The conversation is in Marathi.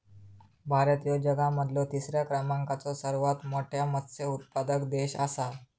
भारत ह्यो जगा मधलो तिसरा क्रमांकाचो सर्वात मोठा मत्स्य उत्पादक देश आसा